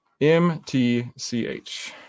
MTCH